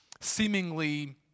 seemingly